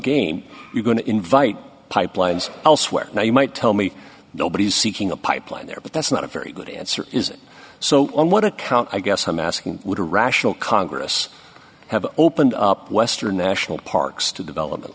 game you're going to invite pipelines elsewhere now you might tell me nobody's seeking a pipeline there but that's not a very good answer is so on one account i guess i'm asking would a rational congress have opened up western national parks to develop